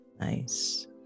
Nice